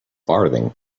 farthing